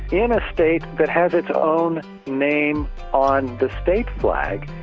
in a state that has its own name on the state flag,